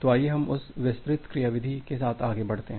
तो आइये हम उस विस्तृत क्रियाविधि के साथ आगे बढ़ते हैं